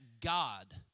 God